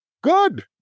good